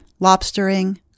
lobstering